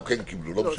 לא משנה.